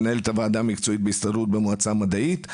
מנהלת הוועדה המקצועית בהסתדרות במועצה המדעית,